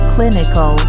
Clinical